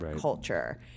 culture